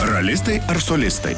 ralistai ar solistai